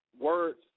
words